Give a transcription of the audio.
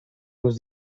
was